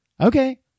okay